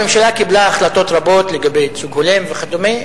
הממשלה קיבלה החלטות רבות לגבי ייצוג הולם וכדומה,